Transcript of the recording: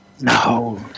No